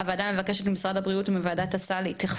10. הוועדה מבקשת ממשרד הבריאות ומוועדת הסל,